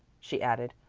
she added,